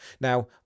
now